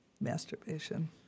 masturbation